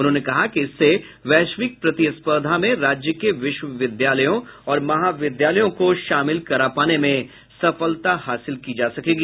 उन्होंने कहा कि इससे वैश्विक प्रतिस्पर्धा में राज्य के विश्वविद्यालयों और महाविद्यालयों को शामिल करा पाने में सफलता हासिल की जा सकेगी